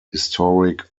historic